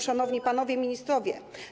Szanowni Panowie Ministrowie!